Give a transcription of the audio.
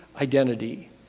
identity